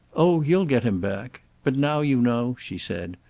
oh you'll get him back. but now you know, she said,